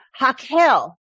hakel